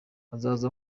azaza